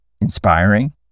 inspiring